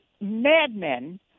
madmen